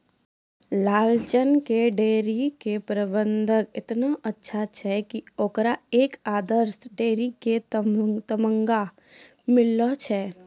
लालचन के डेयरी के प्रबंधन एतना अच्छा छै कि होकरा एक आदर्श डेयरी के तमगा मिललो छै